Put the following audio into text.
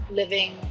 living